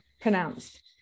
Pronounced